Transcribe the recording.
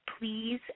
please